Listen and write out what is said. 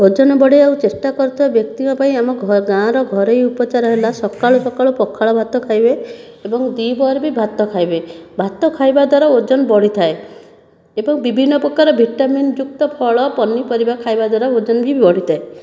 ଓଜନ ବଢ଼େଇବାକୁ ଚେଷ୍ଟା କରୁଥିବା ବ୍ୟକ୍ତିଙ୍କ ପାଇଁ ଆମ ଗାଁର ଘରୋଇ ଉପଚାର ହେଲା ସକାଳୁ ସକାଳୁ ପଖାଳ ଭାତ ଖାଇବେ ଏବଂ ଦ୍ୱିପହରେ ବି ଭାତ ଖାଇବେ ଭାତ ଖାଇବା ଦ୍ୱାରା ଓଜନ ବଢ଼ିଥାଏ ଏବଂ ବିଭିନ୍ନ ପ୍ରକାର ଭିଟାମିନ ଯୁକ୍ତ ଫଳ ପନିପରିବା ଖାଇବା ଦ୍ୱାରା ଓଜନ ବି ବଢ଼ିଥାଏ